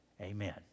Amen